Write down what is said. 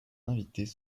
invitées